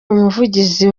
umuvugizi